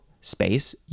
space